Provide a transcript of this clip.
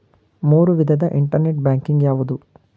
ಮೂರು ವಿಧದ internet banking ಯಾವುವು?